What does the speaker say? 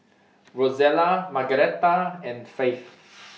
Rozella Margaretta and Faith